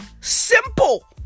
Simple